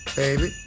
baby